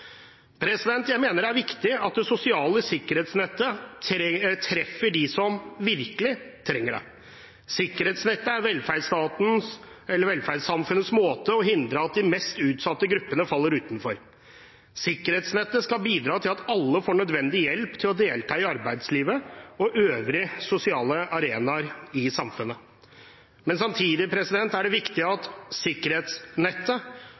Jeg mener det er viktig at det sosiale sikkerhetsnettet treffer dem som virkelig trenger det. Sikkerhetsnettet er velferdssamfunnets måte å hindre at de mest utsatte gruppene faller utenfor. Sikkerhetsnettet skal bidra til at alle får nødvendig hjelp til å delta i arbeidslivet og øvrige sosiale arenaer i samfunnet. Men samtidig er det viktig